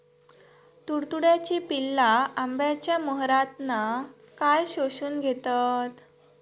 तुडतुड्याची पिल्ला आंब्याच्या मोहरातना काय शोशून घेतत?